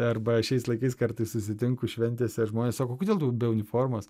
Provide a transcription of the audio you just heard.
arba šiais laikais kartais susitinku šventėse žmonės sako o kodėl tu be uniformos